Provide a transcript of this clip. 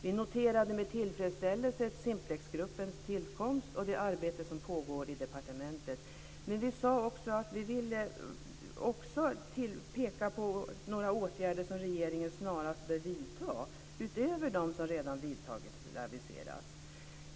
Vi noterade med tillfredsställelse Simplexgruppens tillkomst och det arbete som pågår i departementet. Men vi sade att vi också ville peka på några åtgärder som regeringen snarast bör vidta utöver dem som redan vidtagits eller aviserats.